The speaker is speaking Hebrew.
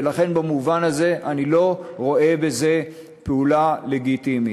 ולכן במובן הזה אני לא רואה בזה פעולה לגיטימית.